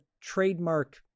trademark